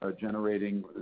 generating